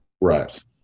Right